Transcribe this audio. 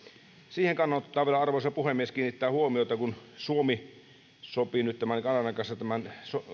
siihen kannattaa vielä arvoisa puhemies kiinnittää huomiota että kun suomi sopii nyt kanadan kanssa tämän